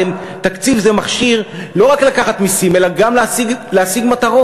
הרי תקציב זה מכשיר לא רק לקחת מסים אלא גם להשיג מטרות.